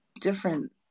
different